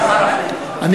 חבר הכנסת ריבלין,